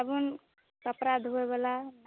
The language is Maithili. साबुन कपड़ा धोयवला